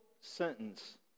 sentence